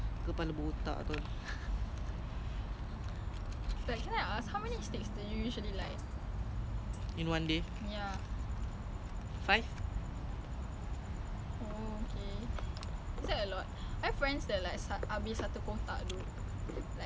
when I'm stressed yes that's me when I'm very stress depends on what what brand macam desperate gila kan